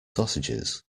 sausages